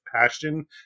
passion